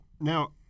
Now